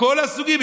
מכל הסוגים,